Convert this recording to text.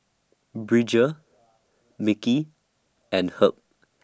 Bridger Mickie and Herb